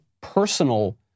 personal